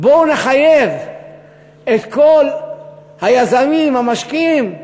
בואו נחייב את כל היזמים, המשקיעים,